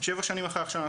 שבע שנים אחרי ההכשרה,